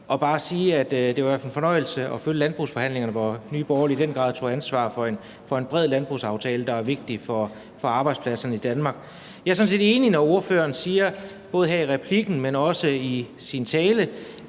må bare sige, at det var en fornøjelse at følge landbrugsforhandlingerne, hvor Nye Borgerlige i den grad tog ansvar for en bred landbrugsaftale, der er vigtig for arbejdspladserne i Danmark. Jeg er sådan set enig, når ordføreren siger – både her i replikken, men også i sin tale